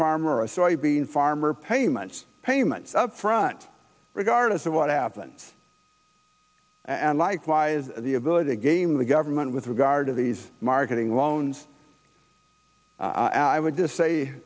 farmer or a soybean farmer payments payments up front regardless of what happens and likewise the ability to game the government with regard to these marketing loans i would just say